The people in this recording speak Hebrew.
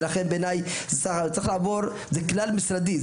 ולכן בעיניי זהו כלל משרדי,